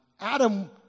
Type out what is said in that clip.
adam